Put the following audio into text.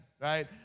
right